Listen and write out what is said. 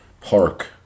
Park